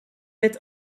jette